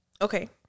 Okay